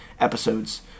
episodes